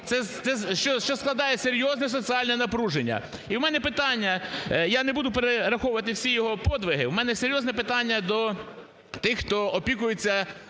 що складає серйозне соціальне напруження. І у мене питання. Я не буду перераховувати всі його подвиги. У мене серйозне питання до тих, хто опікується